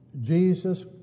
Jesus